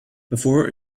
before